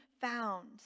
found